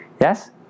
yes